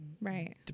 Right